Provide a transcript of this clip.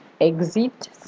exit